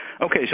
Okay